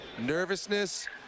nervousness